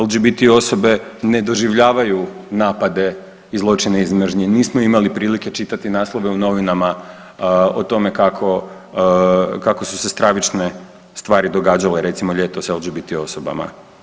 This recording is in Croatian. LGBT osobe ne doživljavaju napade i zločine iz mržnje, nismo imali prilike čitati naslove u novinama o tome kako su se stravične stvari događale recimo ljetos LGBT osobama.